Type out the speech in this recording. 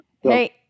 Hey